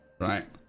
right